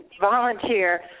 volunteer